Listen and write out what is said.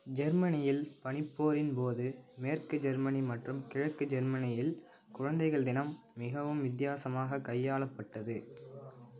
ஜெர்மனியில் பனிப்போரின் போது மேற்கு ஜெர்மனி மற்றும் கிழக்கு ஜெர்மனியில் குழந்தைகள் தினம் மிகவும் வித்தியாசமாக கையாளப்பட்டது